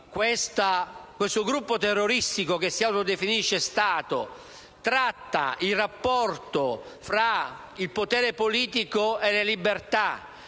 questo gruppo terroristico, che si autodefinisce Stato, tratta il rapporto tra il potere politico e libertà